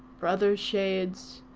brother shades!